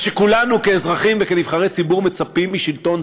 מה שכולנו כאזרחים וכנבחרי ציבור מצפים משלטון,